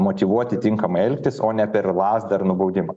motyvuoti tinkamai elgtis o ne per lazdą ir nubaudimą